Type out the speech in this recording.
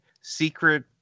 secret